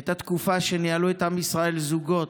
הייתה תקופה שניהלו את עם ישראל זוגות,